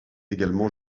également